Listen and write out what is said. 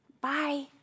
Bye